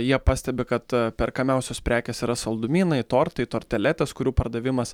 jie pastebi kad perkamiausios prekės yra saldumynai tortai torteletės kurių pardavimas